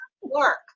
work